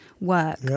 work